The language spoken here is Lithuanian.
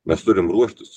mes turim ruoštis